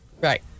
Right